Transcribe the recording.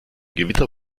gewitter